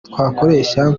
twakoresha